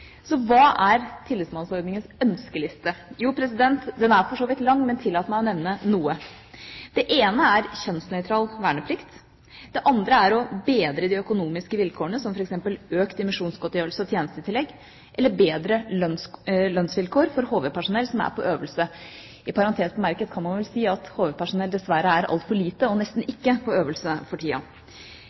Så hva er Tillitsmannsordningens ønskeliste? Den er for så vidt lang, men jeg tillater meg å nevne noe. Det ene er kjønnsnøytral verneplikt. Det andre er å bedre de økonomiske vilkårene, som f.eks. økt dimisjonsgodtgjørelse og tjenestetillegg, eller bedre lønnsvilkår for HV-personell som er på øvelse. I parentes bemerket kan man vel si at HV-personell dessverre er altfor lite og nesten ikke på øvelse for tida.